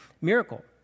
miracle